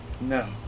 No